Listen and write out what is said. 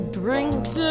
drinks